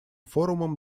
форумом